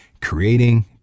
creating